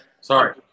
sorry